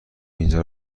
اینجا